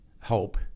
hope